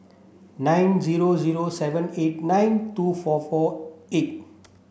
nine zero zero seven eight nine two four four eight